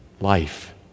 life